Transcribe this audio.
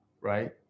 Right